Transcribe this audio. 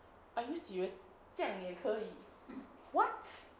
are you serious 这样也可以 what